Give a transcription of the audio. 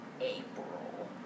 April